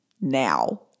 now